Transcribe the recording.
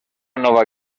nova